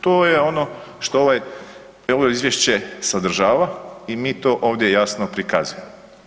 To je ono što ovo izvješće sadržava i mi to ovdje jasno prikazujemo.